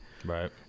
Right